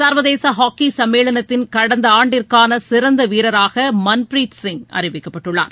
சர்வதேச ஹாக்கி சம்மேளனத்தின் கடந்த ஆண்டிற்கான சிறந்த வீரராக மன்ப்ரீத் சிங் அறிவிக்கப்பட்டுள்ளார்